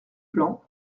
plan